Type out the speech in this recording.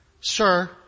Sir